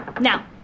Now